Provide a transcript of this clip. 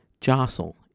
jostle